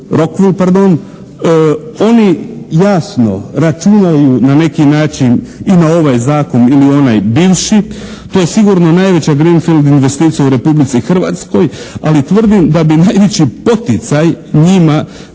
"Rokvul", oni jasno računaju na neki način i na ovaj Zakon ili onaj bivši, to je sigurno najveća green field investicija u Republici Hrvatskoj, ali tvrdim da bi najveći poticaj njima